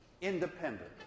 independent